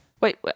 Wait